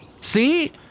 See